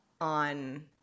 on